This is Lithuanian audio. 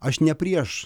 aš ne prieš